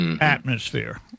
atmosphere